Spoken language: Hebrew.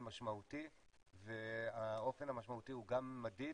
משמעותי והאופן המשמעותי הוא גם מדיד